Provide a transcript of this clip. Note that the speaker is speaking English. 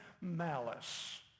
malice